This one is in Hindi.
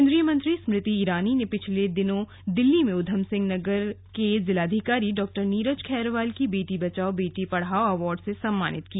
केन्द्रीय मंत्री स्मृति ईरानी ने पिछले दिनों दिल्ली में ऊधमसिंह नगर के जिलाधिकारी डॉ नीरज खैरवाल को बेटी बचाओ बेटी पढ़ाओ अवार्ड से सम्मानित किया